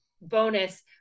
bonus